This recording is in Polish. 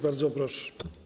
Bardzo proszę.